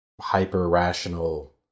hyper-rational